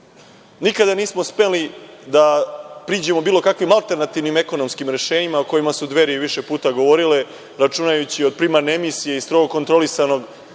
nismo smeli da priđemo bilo kakvim alternativnim ekonomskim rešenjima o kojima su Dveri više puta govorile, računajući od primarne emisije i strogo kontrolisanog